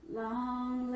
long